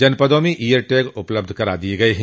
जनपदों में ear tag उपलब्ध करा दिये गये हैं